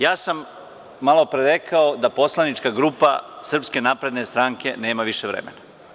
Ja sam malopre rekao da poslanička grupa Srpske napredne stranke nema više vremena.